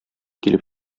килеп